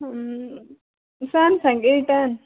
Samsung a ten